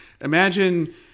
Imagine